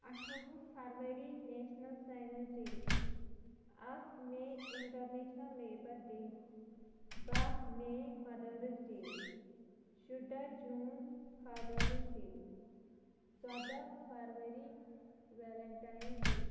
اَٹھوُہ فرؤری National Science Day اکھ مٔیی اِنٹرنیشنَل لیبَر ڈے باہ مٔیی مَدٲرٕس ڈے شُڈاہ جوٗن فادٲرٕس ڈے ژۄدہ فرؤری ویلَنٹاین ڈے